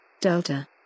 Delta